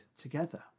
together